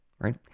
Right